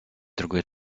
другой